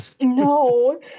No